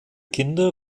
kinder